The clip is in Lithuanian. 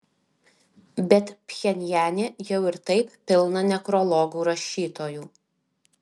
bet pchenjane jau ir taip pilna nekrologų rašytojų